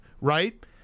Right